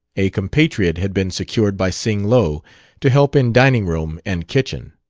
a compatriot had been secured by sing-lo to help in dining-room and kitchen.